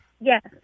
Yes